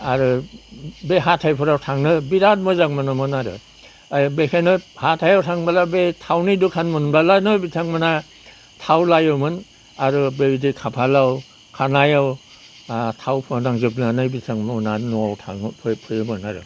आरो बे हाथायफोराव थांनो बिराद मोजां मोनोमोन आरो बेखायनो हाथायाव थांबोला बे थावनि दुखान मोनब्लानो बिथांमोनहा थाव लायोमोन आरो बेबायदि खाफालाव खानायाव थाव फोनांजोबनानै बिथांमोनहा न'आव फैयोमोन आरो